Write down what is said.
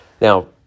Now